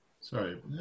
Sorry